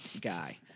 guy